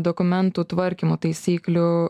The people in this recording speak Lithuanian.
dokumentų tvarkymo taisyklių